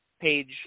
page